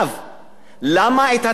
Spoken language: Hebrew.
למה הצמיחה נעצרה?